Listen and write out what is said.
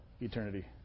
eternity